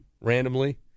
randomly